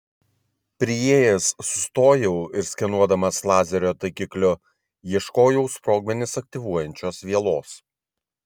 priėjęs sustojau ir skenuodamas lazerio taikikliu ieškojau sprogmenis aktyvuojančios vielos